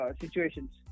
situations